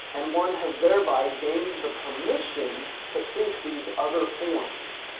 and one has thereby gained the permission to think these other forms.